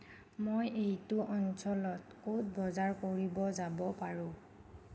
মই এইটো অঞ্চলত ক'ত বজাৰ কৰিব যাব পাৰোঁ